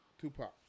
Tupac